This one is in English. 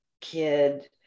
kid